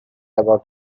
about